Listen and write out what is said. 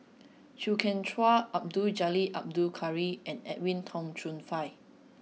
Chew Kheng Chuan Abdul Jalil Abdul Kadir and Edwin Tong Chun Fai